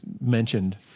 mentioned